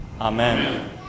Amen